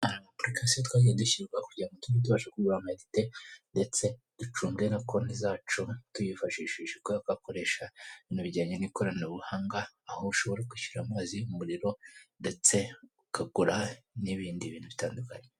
Apurikasiyo twagiye dushyirwaho kugira ngo tuge tubasha kugura amayinte ndetse ducunge na konti zacu tuyifashishije kubera ko bakoresha ibintu bijyanye n'ikoranabuhanga, aho ushobora kwishyura amazi, umuriro ndetse ukagura n'ibindi bintu bitandukanye.